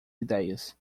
ideias